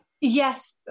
yes